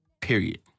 Period